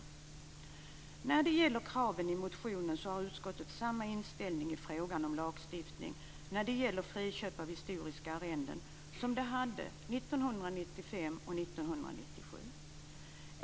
Utskottet har samma inställning till kraven i motionen i frågan om lagstiftning när det gäller friköp av historiska arrenden som det hade 1995 och 1997.